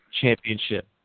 championship